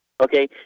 Okay